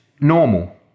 normal